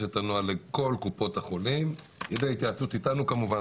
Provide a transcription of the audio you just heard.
את הנוהל לכל קופות החולים בהתייעצות איתנו כמובן.